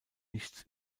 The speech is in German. nichts